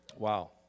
Wow